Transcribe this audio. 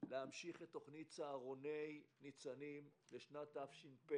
להמשיך את תוכנית צהרוני ניצנים לשנת תש"ף.